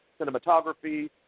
cinematography